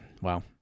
Wow